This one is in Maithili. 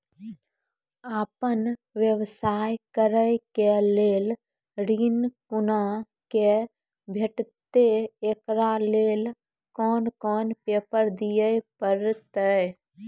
आपन व्यवसाय करै के लेल ऋण कुना के भेंटते एकरा लेल कौन कौन पेपर दिए परतै?